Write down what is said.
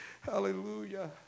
hallelujah